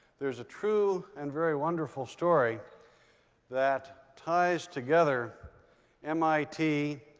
there's a true and very wonderful story that ties together mit,